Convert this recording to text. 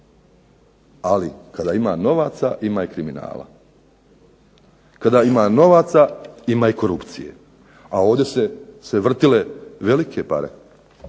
Ali kada ima novaca ima i kriminala. Kada ima novaca ima i korupcije. A ovdje su se vrtile velike pare.